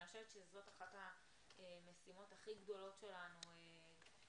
אני חושבת שזו אחת המשימות הכי גדולות שלנו במדינה,